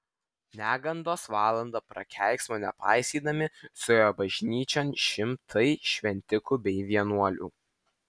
negandos valandą prakeiksmo nepaisydami suėjo bažnyčion šimtai šventikų bei vienuolių